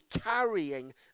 carrying